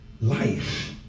life